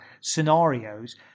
scenarios